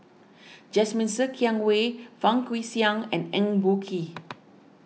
Jasmine Ser Xiang Wei Fang Guixiang and Eng Boh Kee